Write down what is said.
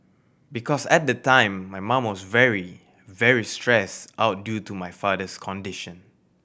because at the time my mum was very very stressed out due to my father's condition